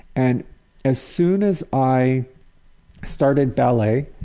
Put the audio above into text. and as soon as i started ballet,